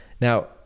now